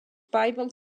bible